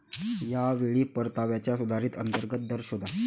या वेळी परताव्याचा सुधारित अंतर्गत दर शोधा